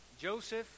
Joseph